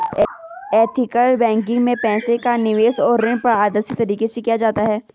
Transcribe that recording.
ethical banking में पैसे का निवेश और ऋण पारदर्शी तरीके से किया जाता है